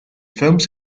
films